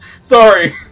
Sorry